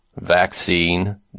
vaccine